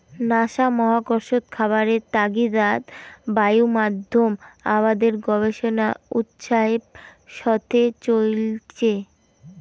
NASA মহাকর্ষত খাবারের তাগিদাত বায়ুমাধ্যম আবাদের গবেষণা উৎসাহের সথে চইলচে